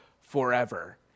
forever